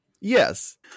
Yes